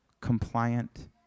compliant